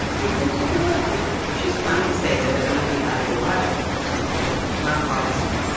isn't political? she's trying to say that it might be ideological but not political, not partisan.